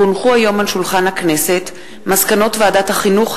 כי הונחו היום על שולחן הכנסת מסקנות ועדת החינוך,